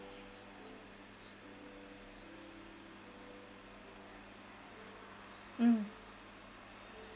mm